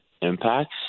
impacts